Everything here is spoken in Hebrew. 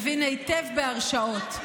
מבין היטב בהרשעות.